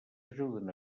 ajuden